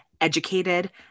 educated